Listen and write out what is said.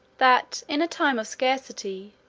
that, in a time of scarcity,